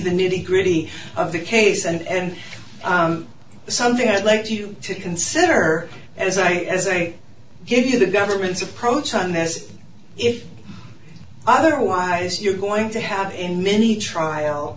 the nitty gritty of the case and something i'd like you to consider as i say give you the government's approach on this if otherwise you're going to have a mini trial